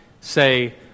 say